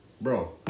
Bro